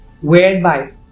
whereby